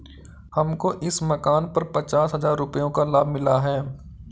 हमको इस मकान पर पचास हजार रुपयों का लाभ मिला है